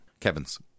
Kevins